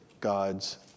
God's